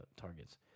targets